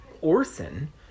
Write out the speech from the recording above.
Orson